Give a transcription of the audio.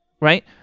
right